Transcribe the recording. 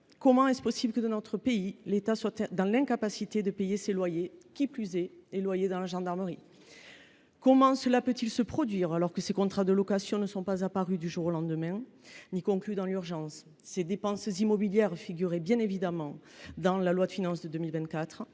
comment est il possible que, dans notre pays, l’État soit dans l’incapacité de payer ses loyers, qui plus est les loyers de nos casernes de gendarmerie ? Comment cela peut il se produire, alors que ces contrats de location ne sont pas apparus du jour au lendemain ni conclus dans l’urgence ? Ces dépenses immobilières figuraient, bien évidemment, dans la loi de finances pour 2024,